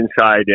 inside